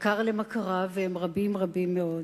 יקר למכריו, והם רבים, רבים מאוד.